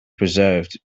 preserved